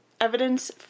evidence